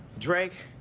drake,